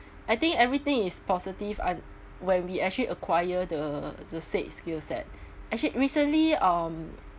I think everything is positive an~ when we actually acquire the the said skill set actually recently um